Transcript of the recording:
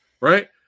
right